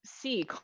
see